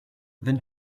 then